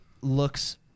looks